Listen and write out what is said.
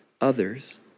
others